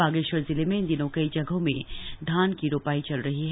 बागेश्वर जिले में इन दिनों कई जगहों में धान की रोपाई चल रही है